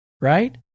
right